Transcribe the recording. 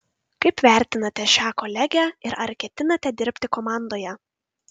kaip vertinate šią kolegę ir ar ketinate dirbti komandoje